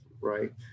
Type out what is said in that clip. right